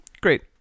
great